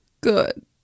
good